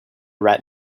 rat